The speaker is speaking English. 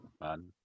man